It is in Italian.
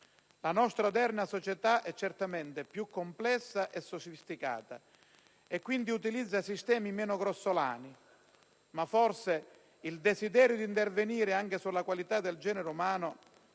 La nostra odierna società è certamente più complessa e sofisticata, e quindi utilizza sistemi meno grossolani, ma forse il desiderio di intervenire anche sulla qualità del genere umano